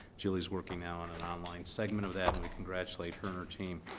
julie is working now on an online segment of that and we congratulate her and her team.